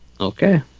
Okay